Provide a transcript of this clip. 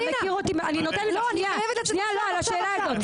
אני נותנת לך, שנייה, על השאלה הזאת.